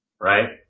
Right